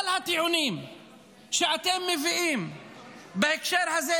כל הטיעונים שאתם מביאים בהקשר הזה,